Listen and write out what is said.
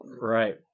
Right